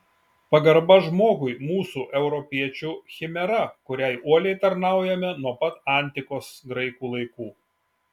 pagarba žmogui mūsų europiečių chimera kuriai uoliai tarnaujame nuo pat antikos graikų laikų